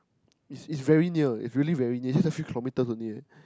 is is very near it's really very near it's just a few kilometres only eh